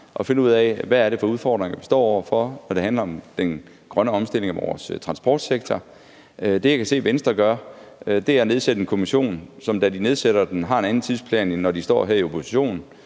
og finde ud af, hvad det er for nogle udfordringer, vi står over for, når det handler om den grønne omstilling af vores transportsektor. Det, jeg kan se Venstre gjorde, var at nedsætte en kommission, som, da de nedsatte den, havde en anden tidsplan end nu, når de står her i opposition